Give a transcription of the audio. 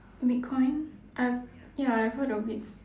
bitcoin I've ya I've heard of it